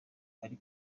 ari